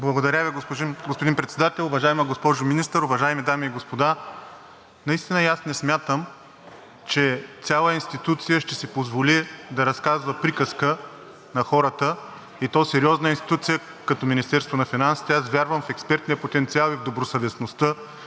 Благодаря Ви, господин Председател. Уважаема госпожо Министър, уважаеми дами и господа! Наистина и аз не смятам, че цяла институция ще си позволи да разказва приказка на хората, и то сериозна институция като Министерството на финансите. Аз вярвам в експертния потенциал и в добросъвестността